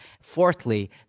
Fourthly